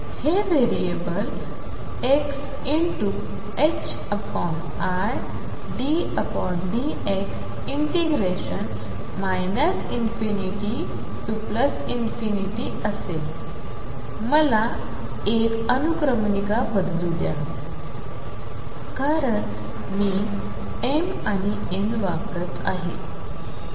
हे variable xiddx integration ∞ ते ∞ असेल मला एक अनुक्रमणिका बदलू द्या कारण मी m आणि n वापरत आहे